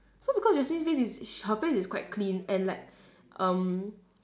so because jasmine face is her face is quite clean and like um